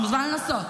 אתה מוזמן לנסות.